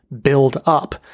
build-up